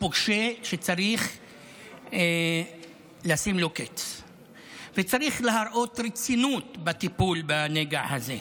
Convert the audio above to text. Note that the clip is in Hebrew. פושה שצריך לשים לו קץ וצריך להראות רצינות בטיפול בנגע הזה.